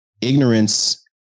ignorance